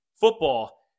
Football